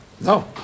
No